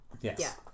Yes